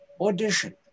audition